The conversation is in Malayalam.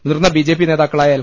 മുതിർന്ന ബി ജെ പി നേതാ ക്കളായ എൽ